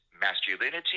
masculinity